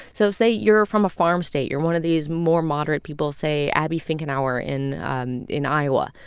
so say you're from a farm state. you're one of these more moderate people say, abby finkenauer in um in iowa.